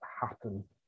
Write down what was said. happen